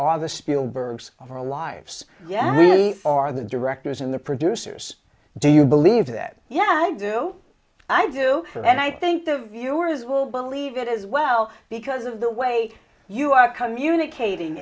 spielberg of our lives yeah we are the directors and the producers do you believe that yeah i do i do and i think the viewers will believe it as well because of the way you are communicating